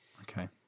Okay